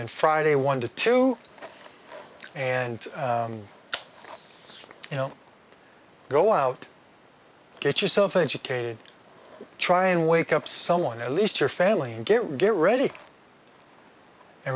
then friday one to two and you know go out get yourself educated try and wake up someone at least your family get get ready